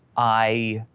i